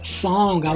song